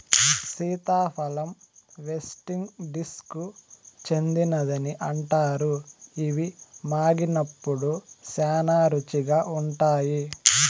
సీతాఫలం వెస్టిండీస్కు చెందినదని అంటారు, ఇవి మాగినప్పుడు శ్యానా రుచిగా ఉంటాయి